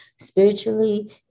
spiritually